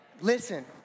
Listen